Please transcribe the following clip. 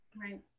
Right